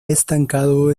estancado